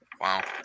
Wow